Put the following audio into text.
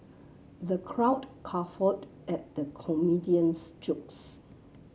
the crowd guffawed at the comedian's jokes